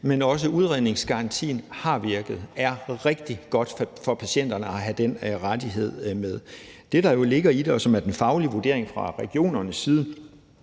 men også udredningsgarantien har virket. Det er rigtig godt for patienterne at have den rettighed med. Det, der ligger i det, og som er den faglige vurdering fra regionernes side,